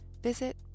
visit